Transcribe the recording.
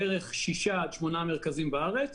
בערך שישה עד שמונה מרכזים בארץ